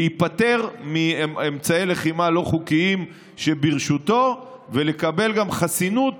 להיפטר מאמצעי לחימה לא חוקיים שברשותו ולקבל גם חסינות